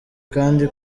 kandi